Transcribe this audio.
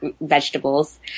vegetables